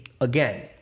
Again